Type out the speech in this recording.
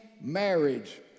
marriage